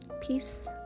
Peace